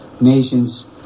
nations